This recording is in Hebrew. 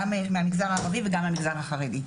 גם מהמגזר הערבי וגם מהמגזר החרדי.